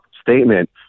statement